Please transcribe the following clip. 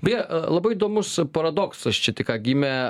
beje labai įdomus paradoksas čia tik ką gimė